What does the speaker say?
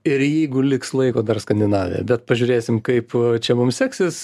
ir jeigu liks laiko dar skandinavija bet pažiūrėsim kaip čia mum seksis